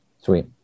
Sweet